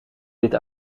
dit